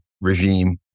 regime